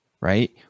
right